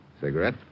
Cigarette